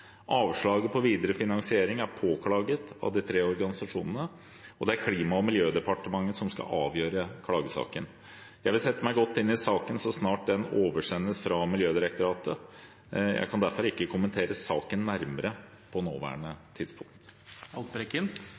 Avslaget på videre finansiering er påklaget av de tre organisasjonene, og det er Klima- og miljødepartementet som skal avgjøre klagesaken. Jeg vil sette meg godt inn i saken så snart den oversendes fra Miljødirektoratet. Jeg kan derfor ikke kommentere saken nærmere på nåværende tidspunkt.